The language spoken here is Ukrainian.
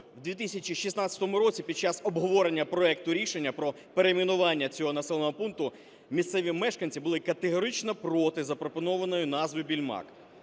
в 2016 році під час обговорення проекту рішення про перейменування цього населеного пункту місцеві мешканці були категорично проти запропонованої назви Більмак.